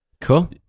Cool